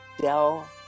Del